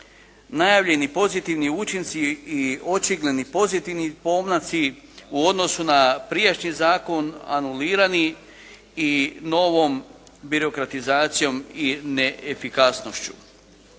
najavljeni pozitivni učinci i očigledni pozitivni pomaci u odnosu na prijašnji zakon anulirani i novom birokratizacijom i neefikasnošću.